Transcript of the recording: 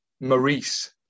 Maurice